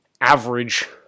average